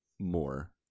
more